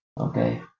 Okay